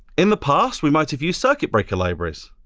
in the past, we might have used circuit breaker libraries.